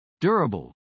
durable